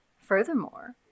Furthermore